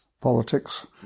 politics